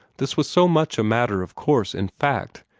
this was so much a matter of course, in fact,